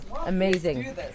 Amazing